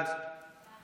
סגן השר לענייני שנאה.